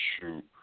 shoot